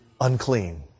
unclean